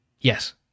Yes